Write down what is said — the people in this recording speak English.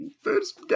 First